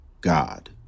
God